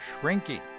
shrinking